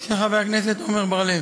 של חבר הכנסת עמר בר-לב.